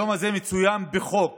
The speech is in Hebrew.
היום הזה מצוין בחוק